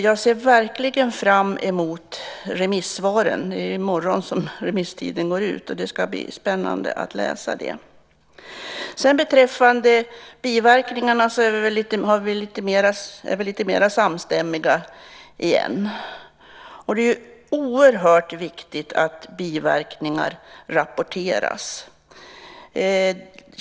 Jag ser verkligen fram emot remissvaren. Det är ju i morgon som remisstiden går ut, och det ska bli spännande att läsa svaren. Beträffande biverkningarna är vi lite mera samstämmiga. Det är oerhört viktigt att biverkningar rapporteras.